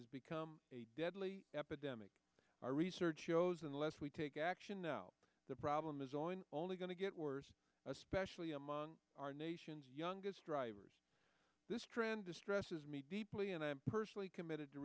has become a deadly epidemic our research shows unless we take action now the problem is often only going to get worse especially among our nation's youngest drivers this trend distresses me deeply and i am personally committed to